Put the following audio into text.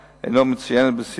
2. מה ייעשה לגילוי מקרים דומים?